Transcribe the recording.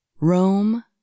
Rome